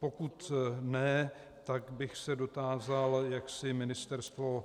Pokud ne, tak bych se dotázal, jak si ministerstvo